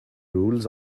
rules